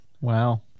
Wow